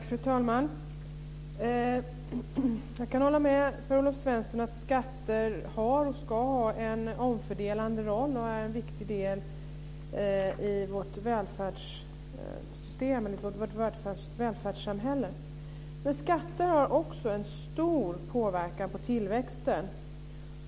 Fru talman! Jag kan hålla med Per-Olof Svensson om att skatter har och ska ha en omfördelande roll. Det är en viktig del i vårt välfärdssamhälle. Men skatter har också en stor påverkan på tillväxten.